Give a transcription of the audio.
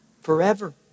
Forever